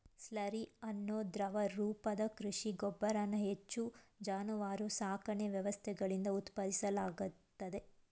slurry ಅನ್ನೋ ದ್ರವ ರೂಪದ ಕೃಷಿ ಗೊಬ್ಬರನ ಹೆಚ್ಚು ಜಾನುವಾರು ಸಾಕಣೆ ವ್ಯವಸ್ಥೆಗಳಿಂದ ಉತ್ಪಾದಿಸಲಾಗ್ತದೆ